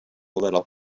little